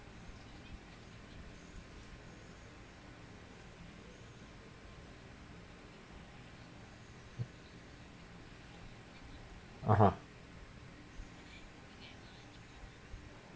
a'ah